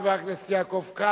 תודה רבה לחבר הכנסת יעקב כץ.